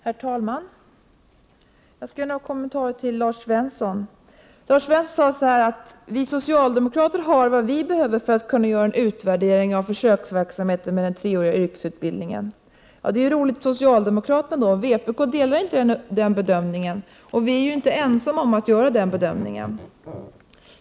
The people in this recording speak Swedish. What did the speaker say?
Herr talman! Jag vill kommentera det Lars Svensson sade. Lars Svensson sade att socialdemokraterna har det underlag de behöver för att kunna göra en utvärdering av försöksverksamheten med den treåriga yrkesutbildningen. Det är ju roligt för socialdemokraterna. Vpk gör dock inte samma bedömning, och vi är inte ensamma om den inställningen.